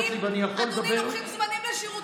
אדוני, לוקחים זמנים לשירותים,